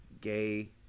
gay